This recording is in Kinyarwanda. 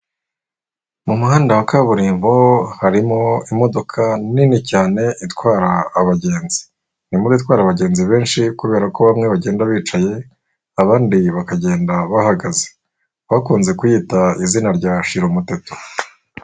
Mu muhanda wa kaburimbo harimo imodoka nini cyane itwara abagenzi, ni imodoka itwara abagenzi benshi kubera ko bamwe bagenda bicaye abandi abakagenda bahagaze, bakunze kuyita izina rya shira umuteto.